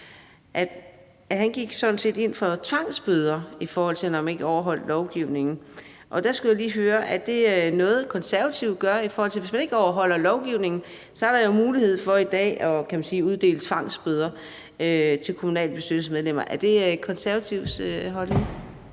set gik ind for tvangsbøder, når man ikke overholdt lovgivningen. Og der skal jeg lige høre: Er det noget, Konservative mener? Hvis man ikke overholder lovgivningen, er der jo i dag mulighed for at uddele tvangsbøder til kommunalbestyrelsesmedlemmer. Er det Konservatives holdning?